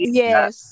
yes